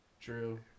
True